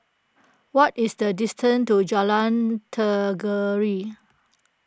what is the distance to Jalan Tenggiri